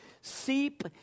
seep